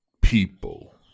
People